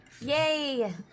Yay